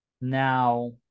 Now